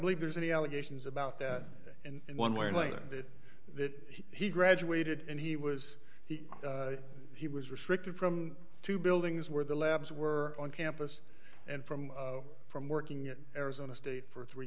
believe there's any allegations about that in one way or that that he graduated and he was he he was restricted from two buildings where the labs were on campus and from from working at arizona state for three